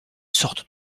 sorte